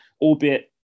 Albeit